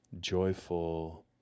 joyful